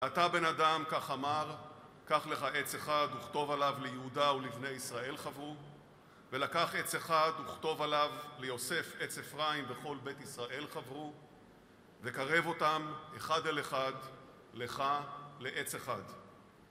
אתה, בן אדם, כך אמר, קח לך עץ אחד, וכתוב עליו, ליהודה ולבני ישראל חברו, ולקח עץ אחד, וכתוב עליו, ליוסף עץ אפרים, וכל בית ישראל חברו, וקרב אותם אחד אל אחד, לך לעץ אחד.